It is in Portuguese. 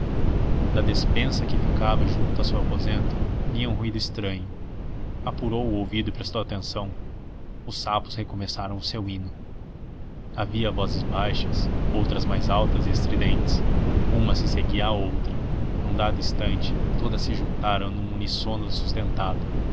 da despensa que ficava junto a seu aposento vinha um ruído estranho apurou o ouvido e prestou atenção os sapos recomeçaram o seu hino havia vozes baixas outras mais altas e estridentes uma se seguia à outra num dado instante todas se juntaram num uníssono sustentado